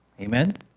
Amen